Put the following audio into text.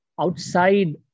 outside